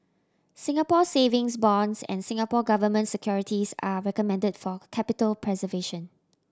Singapore Savings Bonds and Singapore Government Securities are recommended for capital preservation